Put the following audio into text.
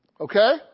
Okay